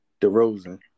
DeRozan